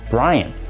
Brian